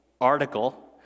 article